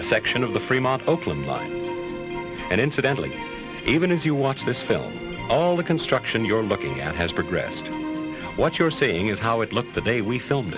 a section of the fremont oakland line and incidentally even as you watch this film all the construction you're looking at has progressed what you're seeing is how it looked the day we filmed